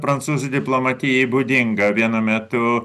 prancūzų diplomatijai būdinga vienu metu